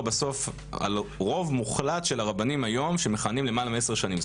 בסוף על רוב מוחלט של הרבנים היום שמכהנים למעלה מעשר שנים.